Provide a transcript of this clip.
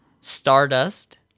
Stardust